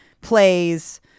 plays